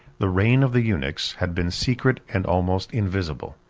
the reign of the eunuchs had been secret and almost invisible.